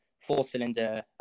four-cylinder